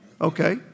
Okay